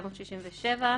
התשכ"ז-1967 (להלן,